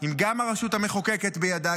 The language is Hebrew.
אם גם הרשות המחוקקת בידה,